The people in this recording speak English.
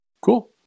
Cool